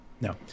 No